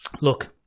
Look